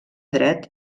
dret